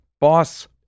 boss